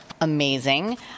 Amazing